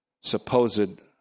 supposed